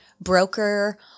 broker